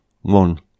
one